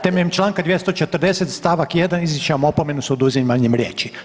Temeljem članka 240. stavak 1. izričem vam opomenu s oduzimanjem riječi.